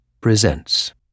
presents